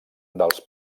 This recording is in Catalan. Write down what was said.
dels